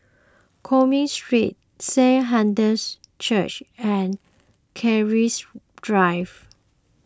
Cumming Street Saint Hilda's Church and Keris Drive